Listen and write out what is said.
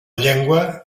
llengua